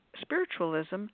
spiritualism